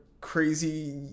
crazy